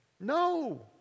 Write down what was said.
No